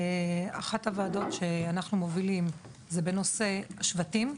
אחת הוועדות שאנחנו מובילים היא בנושא שבטים,